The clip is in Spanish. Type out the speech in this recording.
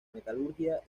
metalurgia